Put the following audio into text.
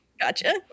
Gotcha